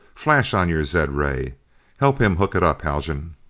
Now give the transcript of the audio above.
flash on your zed-ray help him hook it up, haljan.